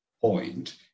point